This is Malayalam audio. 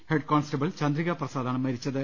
ഹെഡ് കോൺ സ്റ്റ ബിൾ ചന്ദ്രികപ്രസാദാണ് മരിച്ചത്